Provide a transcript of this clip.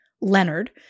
Leonard